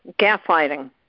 gaslighting